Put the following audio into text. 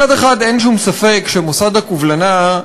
מצד אחד, אין שום ספק שמוסד הקובלנה,